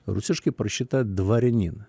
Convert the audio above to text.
rusiškai parašyta dvarinin